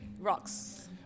Rocks